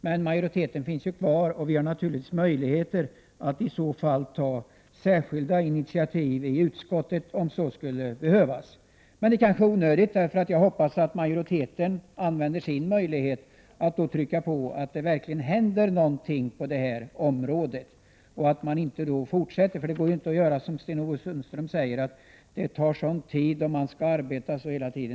Men stödet för Lemisystemet finns kvar, och vi har möjlighet att ta särskilda initiativ i utskottet om så skulle behövas. Men detta kanske är onödigt. Jag hoppas att majoriteten använder sin möjlighet att trycka på, så att det verkligen händer någonting på detta område. Man kan inte som Sten-Ove Sundström säga att det tar en sådan lång tid att arbeta med denna fråga.